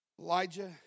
Elijah